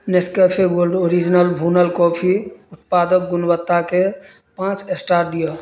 Nescafe Gold original भूनल coffee उत्पादक गुणवत्ताके पाँच स्टार दिअ